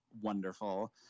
wonderful